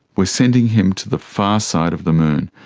we're sending him to the far side of the moon.